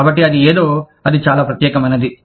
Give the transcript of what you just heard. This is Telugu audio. కాబట్టి అది ఏదో అది చాలా ప్రత్యేకమైనది